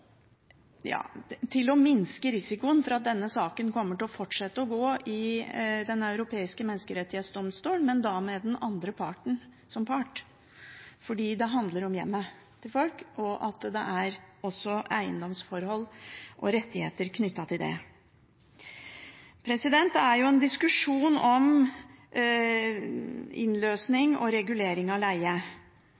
minske risikoen for at denne saken kommer til å fortsette å gå i Den europeiske menneskerettsdomstol, men da med den andre parten som part, fordi det handler om hjemmet til folk, og fordi det også er eiendomsforhold og rettigheter knyttet til det. Det er en diskusjon om innløsning og regulering av leie,